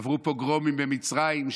עברו פוגרומים במצרים,